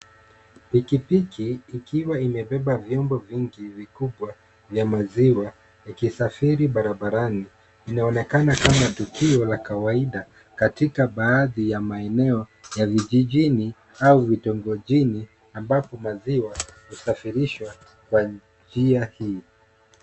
Pikipiki ikiwa imebeba vyombo vingi vikubwa vya maziwa ikisafiri barabarani. Inaonekana kama tukio la kawaida katika baadhi ya maeneo ya vijijini au vitongojini ambapo maziwa husafirishwa kwa njia hii.